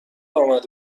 آمد